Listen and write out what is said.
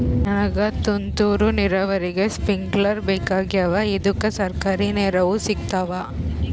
ನನಗ ತುಂತೂರು ನೀರಾವರಿಗೆ ಸ್ಪಿಂಕ್ಲರ ಬೇಕಾಗ್ಯಾವ ಇದುಕ ಸರ್ಕಾರಿ ನೆರವು ಸಿಗತ್ತಾವ?